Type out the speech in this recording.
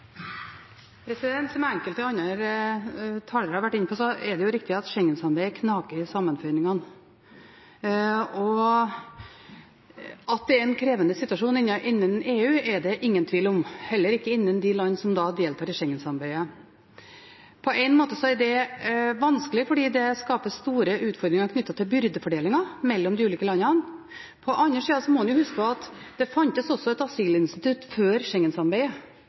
det riktig at Schengen-samarbeidet knaker i sammenføyningene. At det er en krevende situasjon innen EU, er det ingen tvil om, heller ikke innen de land som deltar i Schengen-samarbeidet. På en måte er det vanskelig, fordi det skaper store utfordringer knyttet til byrdefordelingen mellom de ulike landene. På den andre siden må en huske på at det fantes også et asylinstitutt før